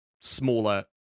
smaller